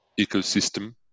ecosystem